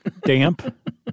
damp